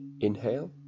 Inhale